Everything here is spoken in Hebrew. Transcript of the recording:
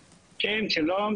שלום,